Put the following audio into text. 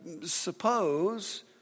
suppose